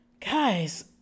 Guys